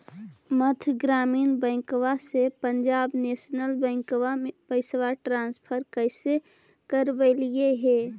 मध्य ग्रामीण बैंकवा से पंजाब नेशनल बैंकवा मे पैसवा ट्रांसफर कैसे करवैलीऐ हे?